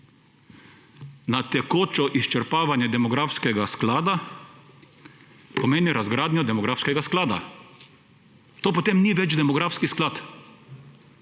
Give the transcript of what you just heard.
na tekoče izčrpavanje demografskega sklada, pomeni razgradnjo demografskega sklada. To potem ni več demografski sklad.